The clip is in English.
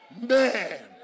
man